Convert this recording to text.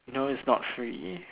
no it's not free